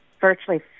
virtually